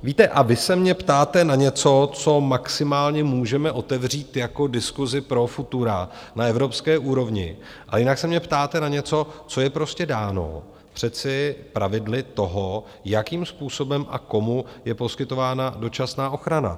A vy se mě ptáte na něco, co maximálně můžeme otevřít jako diskusi pro futura na evropské úrovni, ale jinak se mě ptáte na něco, co je prostě dáno přece pravidly toho, jakým způsobem a komu je poskytována dočasná ochrana.